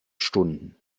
stunden